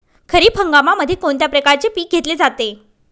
खरीप हंगामामध्ये कोणत्या प्रकारचे पीक घेतले जाते?